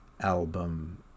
album